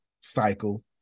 cycle